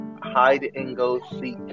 hide-and-go-seek